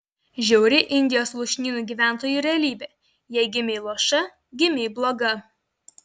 žiauri indijos lūšnynų gyventojų realybė jei gimei luoša gimei bloga